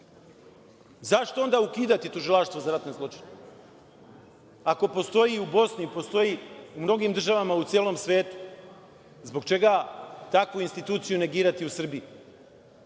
onda ukidati Tužilaštvo za ratne zločine? Ako postoji u Bosni, ako postoji u mnogim državama u celom svetu, zbog čega takvu instituciju negirati u